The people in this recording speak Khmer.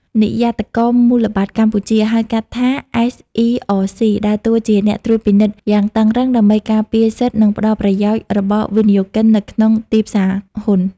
និយ័តករមូលបត្រកម្ពុជា (ហៅកាត់ថា SERC) ដើរតួជាអ្នកត្រួតពិនិត្យយ៉ាងតឹងរ៉ឹង ដើម្បីការពារសិទ្ធិ និងផលប្រយោជន៍របស់វិនិយោគិននៅក្នុងទីផ្សារហ៊ុន។